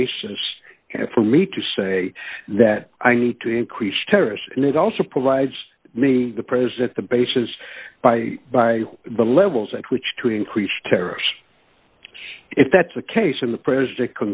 basis for me to say that i need to increase terrors and it also provides the president the bases by by the levels at which to increase tariffs if that's the case and the president